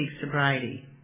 sobriety